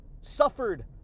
suffered